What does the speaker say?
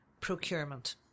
procurement